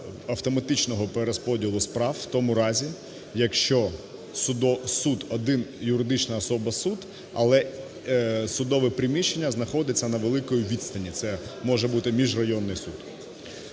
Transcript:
автоматичного перерозподілу справ у тому разі, якщо суд один… юридична особа – суд, але судове приміщення знаходиться на великій відстані, це може бути міжрайонний суд.